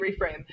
reframe